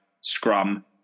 scrum